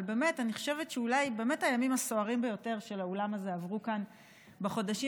אבל אני חושבת שאולי הימים הסוערים ביותר של האולם הזה עברו כאן בחודשים